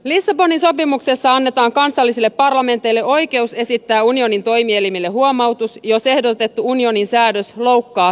lissabonin sopimuksessa annetaan kansallisille parlamenteille oikeus esittää unionin toimielimille huomautus jos ehdotettu unionin säädös loukkaa toissijaisuusperiaatetta